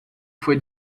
foi